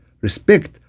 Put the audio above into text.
Respect